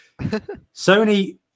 sony